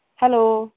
hello